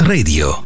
Radio